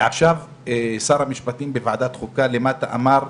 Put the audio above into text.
ועכשיו שר המשפטים בוועדת חוקה למטה אמר: